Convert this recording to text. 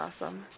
awesome